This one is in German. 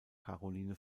caroline